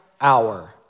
hour